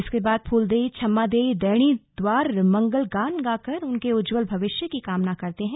इसके बाद फूलदेई छम्मादेई दैणी द्वार मंगल गान गाकर उनके उज्ज्वल भविष्य की कामना करते हैं